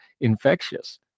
infectious